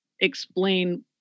explain